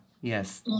yes